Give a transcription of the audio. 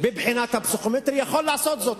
בבחינה הפסיכומטרית, יכול לעשות זאת.